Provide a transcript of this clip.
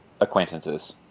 acquaintances